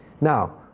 Now